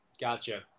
Gotcha